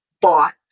bought